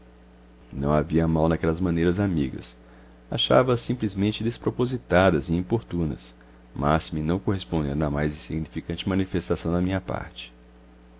não havia mal naquelas maneiras amigas achava as simplesmente despropositadas e importunas máxime não correspondendo à mais insignificante manifestação da minha parte